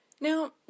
Now